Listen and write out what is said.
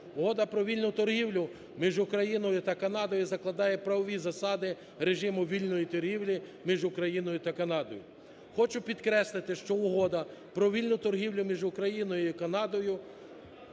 Угода про вільну торгівлю між Україною і Канадою закладає правові засади режиму вільної торгівлі між Україною та Канадою. Хочу підкреслити, що Угода про вільну торгівлю між Україною і Канадою